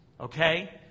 Okay